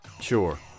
Sure